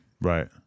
Right